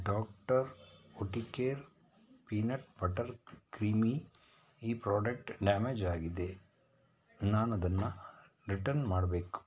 doctor Oetker peanut butter creamy ಈ product damage ಆಗಿದೆ ನಾನದನ್ನು return ಮಾಡಬೇಕು